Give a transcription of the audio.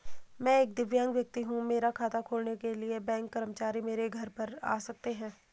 मैं एक दिव्यांग व्यक्ति हूँ मेरा खाता खोलने के लिए बैंक कर्मचारी मेरे घर पर आ सकते हैं?